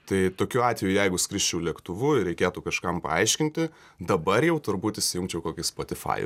tai tokiu atveju jeigu skrisčiau lėktuvu ir reikėtų kažkam paaiškinti dabar jau turbūt įsijungčiau kokį spotifajų